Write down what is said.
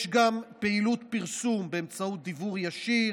יש גם פעילות פרסום באמצעות דיוור ישיר